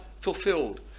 fulfilled